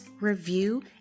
review